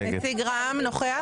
נציג רע"מ נוכח?